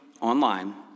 online